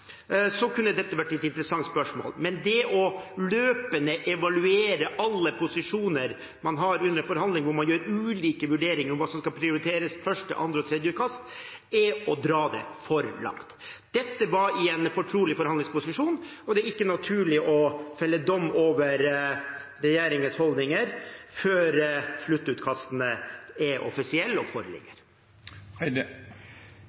kunne dette vært et interessant spørsmål. Men det å løpende evaluere alle posisjoner man har under forhandlinger, hvor man gjør ulike vurderinger av hva som skal prioriteres i første, andre og tredje utkast, er å dra det for langt. Dette var i en fortrolig forhandlingsposisjon, og det er ikke naturlig å felle dom over regjeringens holdninger før sluttutkastene er offisielle og